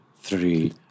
three